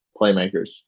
playmakers